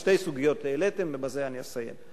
שתי סוגיות העליתם, ובזה אני אסיים.